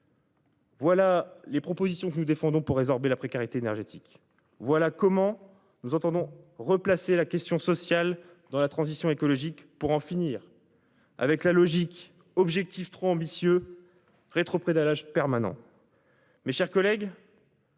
Voilà les propositions que nous défendons pour résorber la précarité énergétique. Voilà comment nous entendons replacer la question sociale dans la transition écologique pour en finir avec la logique objectif trop ambitieux. Rétropédalage permanent.